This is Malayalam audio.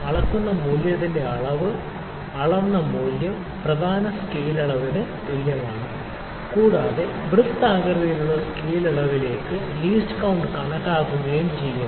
അളക്കുന്ന മൂല്യത്തിന്റെ അളവ് അളന്ന മൂല്യം പ്രധാന സ്കെയിൽ അളവിന് തുല്യമാണ് കൂടാതെ വൃത്താകൃതിയിലുള്ള സ്കെയിൽ അളവിലേക്ക് ലീസ്റ്റ് കൌണ്ട് കണക്കാക്കുകയും ചെയ്യും